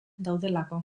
daudelako